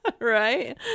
right